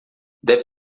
deve